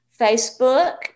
Facebook